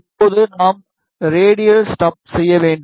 இப்போது நாம் radial stubs செய்ய வேண்டும்